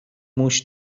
موش